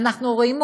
ואנחנו רואים,